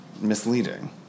misleading